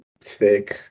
thick